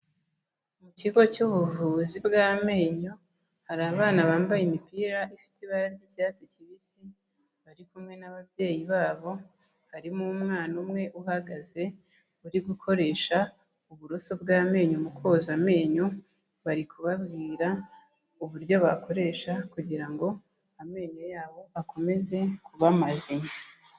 Mu kigo cy'ubuvuzi bw'amenyo, hari abana bambaye imipira ifite ibara ry'icyatsi kibisi, bari kumwe n'ababyeyi babo, harimo umwana umwe uhagaze uri gukoresha uburoso bw'amenyo mu koza amenyo, bari kubabwira uburyo bakoresha kugira ngo amenyo yabo akomeze kuba mazima.